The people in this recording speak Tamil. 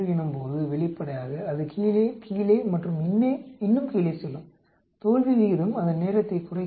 எனும்போது வெளிப்படையாக அது கீழே கீழே மற்றும் இன்னும் கீழே செல்லும் தோல்வி விகிதம் அதன் நேரத்தைக் குறைக்கும்